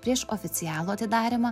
prieš oficialų atidarymą